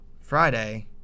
Friday